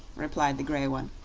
replied the grey one.